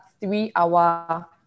three-hour